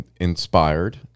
inspired